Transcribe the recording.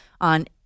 on